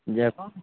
जे